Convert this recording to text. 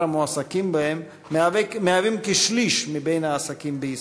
המועסקים בהם מהווים כשליש מהעסקים בישראל,